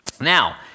Now